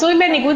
מי נגד?